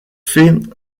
fait